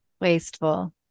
wasteful